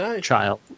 child